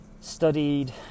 studied